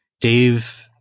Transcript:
Dave